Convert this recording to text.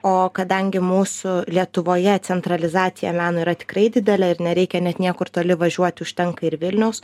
o kadangi mūsų lietuvoje centralizacija meno yra tikrai didelė ir nereikia net niekur toli važiuoti užtenka ir vilniaus